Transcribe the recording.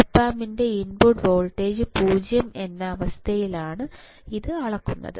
op ആമ്പിന്റെ input voltage 0 എന്ന അവസ്ഥയിലാണ് ഇത് അളക്കുന്നത്